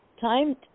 Time